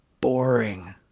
boring